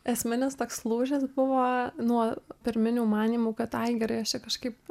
esminis toks lūžis buvo nuo pirminių manymų kad ai gerai aš čia kažkaip